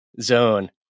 zone